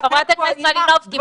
ח"כ מלינובסקי,